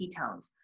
ketones